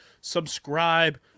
Subscribe